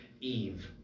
Eve